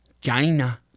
China